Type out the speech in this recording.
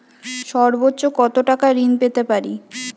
সর্বোচ্চ কত টাকা ঋণ পেতে পারি?